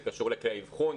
זה קשור לכי האבחון,